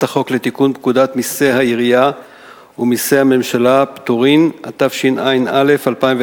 החוק לתיקון פקודת מסי העירייה ומסי הממשלה (פטורין) (מס' 19),